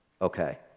Okay